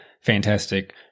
fantastic